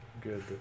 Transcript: good